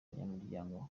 abanyamwuga